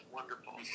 Wonderful